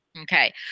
Okay